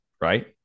right